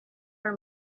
our